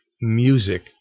music